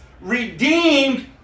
Redeemed